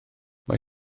mae